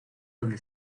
donde